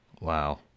Wow